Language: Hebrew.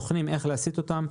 בוחנים איך להסיט אותן.